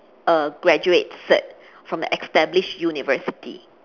a graduate cert from an established university